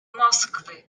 moskwy